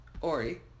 Ori